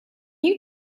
you